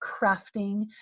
crafting